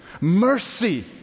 mercy